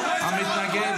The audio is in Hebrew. חבר הכנסת שירי, תודה רבה.